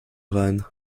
rein